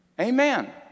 Amen